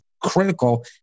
critical